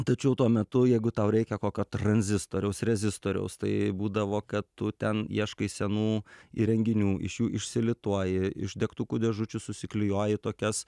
tačiau tuo metu jeigu tau reikia kokio tranzistoriaus rezistoriaus tai būdavo kad tu ten ieškai senų įrenginių iš jų išsilituoji iš degtukų dėžučių susiklijuoji tokias